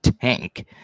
tank